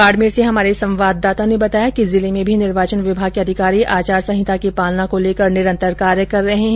बाडमेर से हमारे संवाददाता ने बताया कि जिले में भी निर्वाचन विभाग के अधिकारी आचार संहिता की पालना को लेकर निरन्तर कार्य कर रहे है